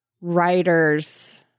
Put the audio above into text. writers